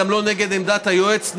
גם לא נגד עמדת היועץ.